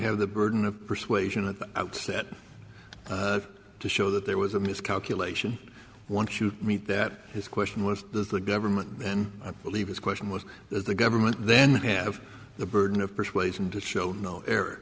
have the burden of persuasion at the outset to show that there was a miscalculation once you meet that his question was does the government then i believe his question was that the government then have the burden of persuasion to show no